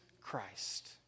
Christ